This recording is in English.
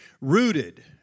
rooted